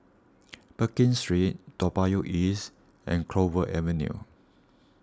Pekin Street Toa Payoh East and Clover Avenue